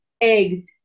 eggs